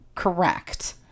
Correct